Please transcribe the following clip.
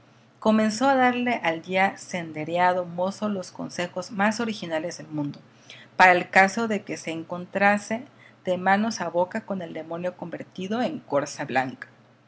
comenzó a darle al ya sendereado mozo los consejos más originales del mundo para el caso de que se encontrase de manos a boca con el demonio convertido en corza blanca